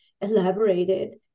elaborated